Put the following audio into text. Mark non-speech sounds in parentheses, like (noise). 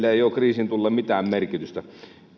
(unintelligible) ei ole kriisin tullen mitään merkitystä